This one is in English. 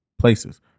places